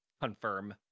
confirm